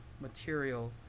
material